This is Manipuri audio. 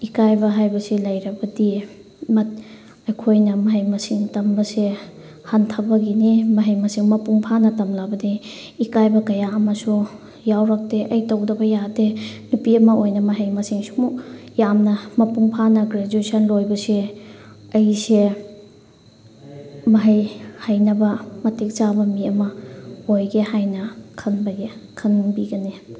ꯏꯀꯥꯏꯕ ꯍꯥꯏꯕꯁꯤ ꯂꯩꯔꯕꯗꯤ ꯑꯩꯈꯣꯏꯅ ꯃꯍꯩ ꯃꯁꯤꯡ ꯇꯝꯕꯁꯦ ꯍꯟꯊꯕꯒꯤꯅꯤ ꯃꯍꯩ ꯃꯁꯤꯡ ꯃꯄꯨꯡ ꯐꯥꯅ ꯇꯝꯂꯕꯗꯤ ꯏꯀꯥꯏꯕ ꯀꯌꯥ ꯑꯃꯁꯨ ꯌꯥꯎꯔꯛꯇꯦ ꯑꯩ ꯇꯧꯗꯕ ꯌꯥꯗꯦ ꯅꯨꯄꯤ ꯑꯃ ꯑꯣꯏꯅ ꯃꯍꯩ ꯃꯁꯤꯡ ꯁꯤꯃꯨꯛ ꯌꯥꯝꯅ ꯃꯄꯨꯡ ꯐꯥꯅ ꯒ꯭ꯔꯦꯖ꯭ꯋꯦꯁꯟ ꯂꯣꯏꯕꯁꯦ ꯑꯩꯁꯦ ꯃꯍꯩ ꯍꯩꯅꯕ ꯃꯇꯤꯛ ꯆꯥꯕ ꯃꯤ ꯑꯃ ꯑꯣꯏꯒꯦ ꯍꯥꯏꯅ ꯈꯟꯕꯒꯤ ꯈꯟꯕꯤꯒꯅꯤ